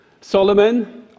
Solomon